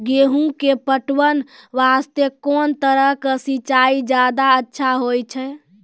गेहूँ के पटवन वास्ते कोंन तरह के सिंचाई ज्यादा अच्छा होय छै?